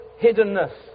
hiddenness